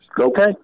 Okay